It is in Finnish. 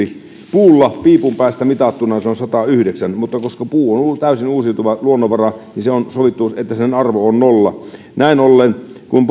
kuusi puulla piipun päästä mitattuna se on satayhdeksän mutta koska puu on täysin uusiutuva luonnonvara niin on sovittu että sen arvo on nolla näin ollen kun